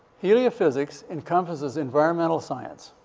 heliophysics encompasses environmental science.